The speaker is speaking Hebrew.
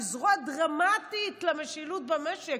שהיא זרוע דרמטית למשילות במשק,